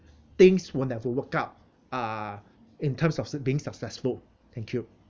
things will never work out uh in terms of being successful thank you